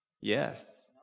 Yes